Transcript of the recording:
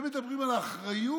הם מדברים על אחריות,